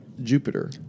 Jupiter